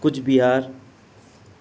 Cooch Behar